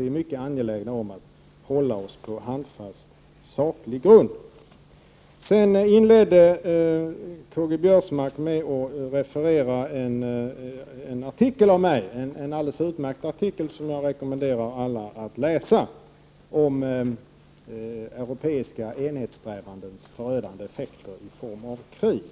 Vi är nämligen angelägna om att hålla oss på handfast och saklig grund. Karl-Göran Biörsmark inledde sitt anförande med att referera en alldeles utmärkt artikel av mig — den rekommenderar jag alla att läsa — om europeiska enhetssträvandens förödande effekter i form av krig.